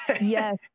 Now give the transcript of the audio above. Yes